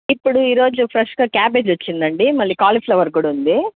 ఇప్పుడు ఈరోజు ఫ్రెష్గా క్యాబేజ్ వచ్చిందండి మళ్ళీ కాలి ఫ్లవర్ కూడా ఉంది